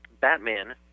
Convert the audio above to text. Batman